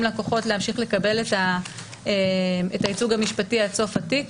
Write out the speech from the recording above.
לקוחות להמשיך לקבל את הייצוג המשפטי עד סוף התיק,